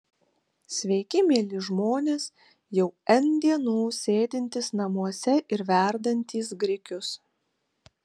sveiki mieli žmonės jau n dienų sėdintys namuose ir verdantys grikius